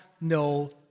no